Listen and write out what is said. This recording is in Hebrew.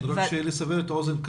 רק לסבר את האוזן,